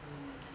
mm mm mm